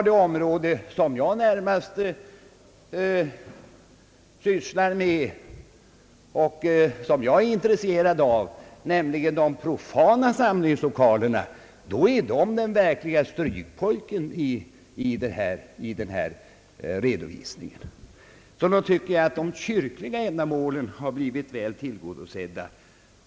Det område som jag sysslar med och är intresserad av, de profana samlingslokalerna, är den verkliga strykpojken i redovisningen. De kyrkliga ändamålen tycker jag har blivit väl tillgodosedda.